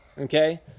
okay